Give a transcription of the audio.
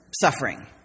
suffering